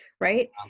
right